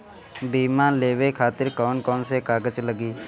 बीमा लेवे खातिर कौन कौन से कागज लगी?